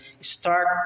start